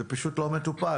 זה פשוט לא מטופל